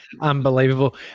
unbelievable